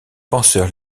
penseurs